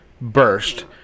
burst